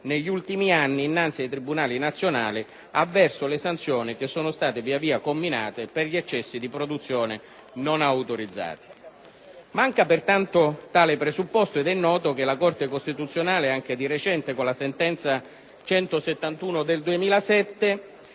negli ultimi anni innanzi ai tribunali nazionali avverso le sanzioni che sono state via via comminate per gli eccessi di produzione non autorizzati. Manca pertanto tale presupposto ed al riguardo, come è noto, la stessa Corte costituzionale anche di recente con la sentenza n. 171 del 2007